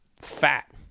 fat